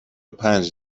پنج